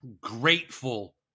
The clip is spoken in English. grateful